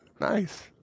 Nice